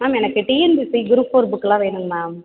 ma'am எனக்கு TNPSC group four book எல்லாம் வேணும்ங்க மேம்